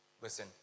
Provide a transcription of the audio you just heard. listen